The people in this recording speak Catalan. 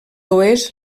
oest